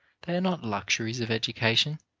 they are not luxuries of education,